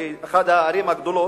זו אחת הערים הגדולות,